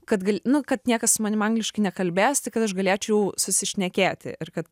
kad nu kad niekas su manim angliškai nekalbės tai kad aš galėčiau susišnekėti ir kad